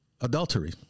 adultery